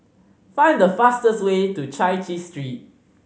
find the fastest way to Chai Chee Street